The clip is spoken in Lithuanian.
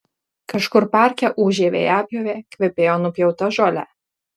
kažkur parke ūžė vejapjovė kvepėjo nupjauta žole